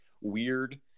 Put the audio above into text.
weird